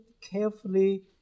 carefully